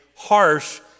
harsh